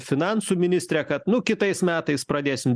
finansų ministrę kad nu kitais metais pradėsim